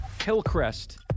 Hillcrest